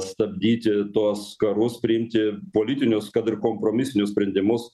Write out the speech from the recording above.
stabdyti tuos karus priimti politinius kad ir kompromisinius sprendimus